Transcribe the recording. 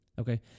Okay